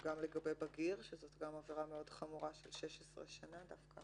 גם לגבי בגיר שזאת גם עבירה מאוד חמורה של 16 שנה דווקא